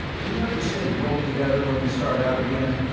do we have to stay roped together when we start out again?